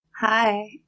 Hi